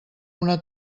una